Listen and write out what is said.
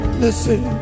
listen